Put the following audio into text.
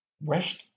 West